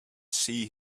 see